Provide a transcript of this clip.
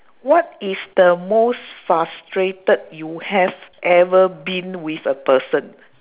what is the most frustrated you have ever been with a person